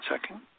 second